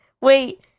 wait